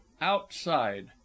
Outside